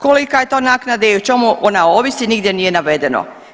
Kolika je to naknada i o čemu ona ovisi nigdje nije navedeno.